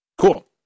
cool